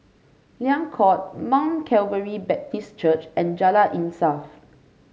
Liang Court Mount Calvary Baptist Church and Jalan Insaf